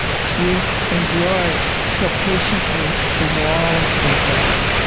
you've endured so patiently the walls we built,